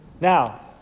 Now